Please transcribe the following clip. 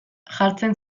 jartzen